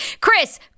Chris